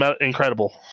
incredible